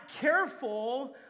careful